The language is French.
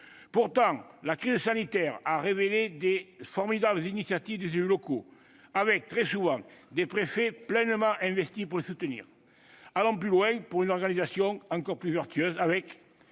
Pourtant, la crise sanitaire a révélé de formidables initiatives des élus locaux, avec, très souvent, des préfets pleinement investis pour les soutenir. Allons plus loin pour une organisation encore plus vertueuse, avec